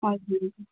हजुर